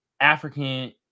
african